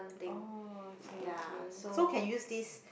oh okay okay so can use this